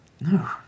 No